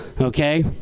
okay